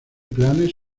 planes